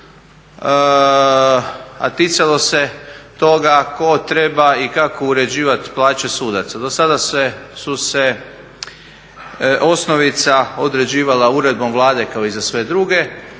a ticalo se toga tko treba i kako uređivati plaće sudaca. Do sada su se osnovica određivala uredbom Vlade kao i za sve druge,